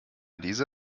diese